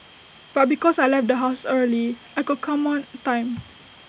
but because I left the house early I could come on time